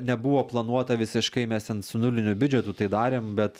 ne nebuvo planuota visiškai mes ten su nuliniu biudžetu tai darėm bet